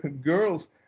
girls